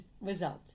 result